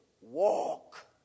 walk